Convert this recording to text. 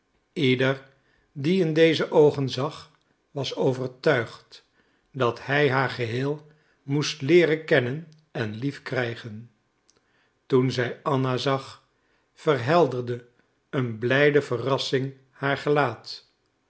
ieder die in deze oogen zag was overtuigd dat hij haar geheel moest leeren kennen en lief krijgen toen zij anna zag verhelderde een blijde verrassing haar gelaat